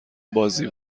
بازی